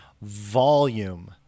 volume